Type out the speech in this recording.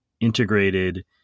integrated